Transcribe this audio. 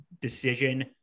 decision